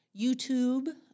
YouTube